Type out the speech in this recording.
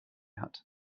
hat